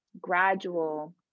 gradual